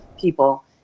people